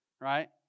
right